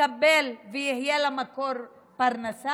לקבל את זה, כדי שיהיה לה מקור פרנסה?